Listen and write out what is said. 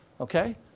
okay